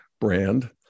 brand